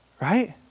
right